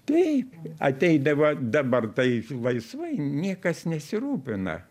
taip ateidavo dabar tai laisvai niekas nesirūpina